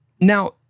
now